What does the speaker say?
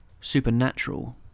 Supernatural